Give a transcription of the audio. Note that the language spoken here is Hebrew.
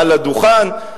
על הדוכן,